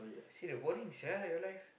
serious boring sia your life